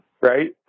right